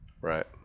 Right